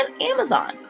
amazon